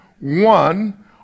one